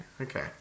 okay